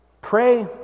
pray